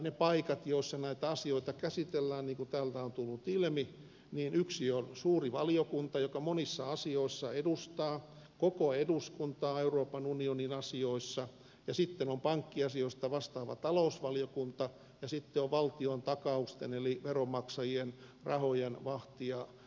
niistä paikoista joissa näitä asioita käsitellään niin kuin täällä on tullut ilmi yksi on suuri valiokunta joka monissa asioissa edustaa koko eduskuntaa euroopan unionin asioissa ja sitten on pankkiasioista vastaava talousvaliokunta ja sitten on valtion takausten eli veronmaksajien rahojen vahtija valtiovarainvaliokunta